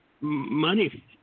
money